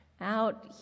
out